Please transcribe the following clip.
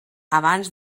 abans